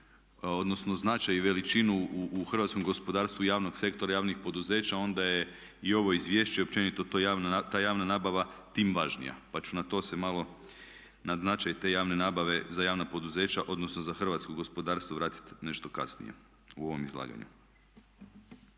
odnosno značaj i veličinu u hrvatskom gospodarstvu javnog sektora, javnih poduzeća onda je i ovo izvješće i općenito ta javna nabava tim važnija, pa ću na to se malo, na značaj te javne nabave za javna poduzeća, odnosno za hrvatsko gospodarstvo vratiti nešto kasnije u ovom izlaganju.